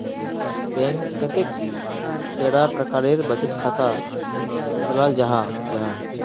Bank कतेक कैडा प्रकारेर बचत खाता खोलाल जाहा जाहा?